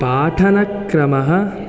पाठनक्रमः